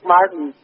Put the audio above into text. Martin